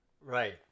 Right